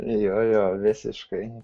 jo jo visiškai